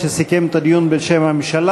שסיכם את הדיון בשם הממשלה.